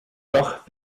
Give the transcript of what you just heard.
doch